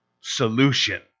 solution